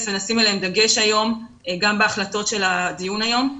ונשים עליהם דגש היום גם בהחלטות של הדיון היום.